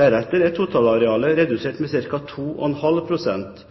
Deretter er totalarealet redusert med